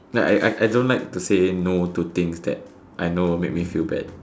like I I don't like to say no to things that I know will make me feel bad